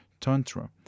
Tantra